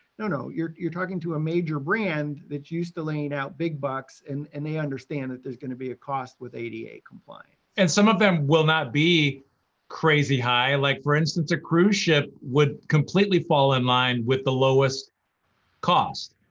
no no, you're you're talking to a major brand that's used to laying out big bucks and and they understand that there's going to be a cost with ada compliance. and some of them will not be crazy high, like, for instance, a cruise ship would completely fall in line with the lowest cost.